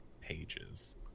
pages